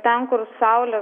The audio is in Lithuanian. ten kur saulė